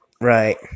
Right